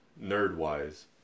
nerd-wise